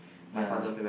ya